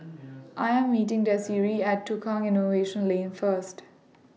I Am meeting Desiree At Tukang Innovation Lane First